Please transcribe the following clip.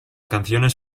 canciones